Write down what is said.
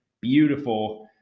beautiful